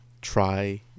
try